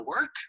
work